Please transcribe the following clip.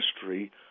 history